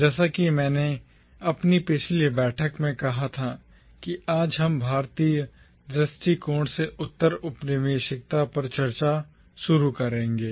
जैसा कि मैंने अपनी पिछली बैठक में कहा था कि आज हम भारतीय दृष्टिकोण से उत्तर औपनिवेशिकता पर चर्चा शुरू करेंगे